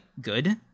good